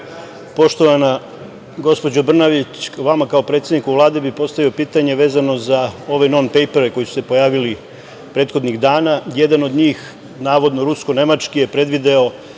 Poštovana gospođo Brnabić, vama kao predsedniku Vlade bih postavio pitanje vezano za ove "non pejpere" koji su se pojavili prethodnih dana. Jedan od njih, navodno, rusko-nemački, je predvideo